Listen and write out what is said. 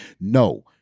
no